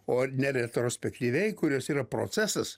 o ne retrospektyviai kurios yra procesas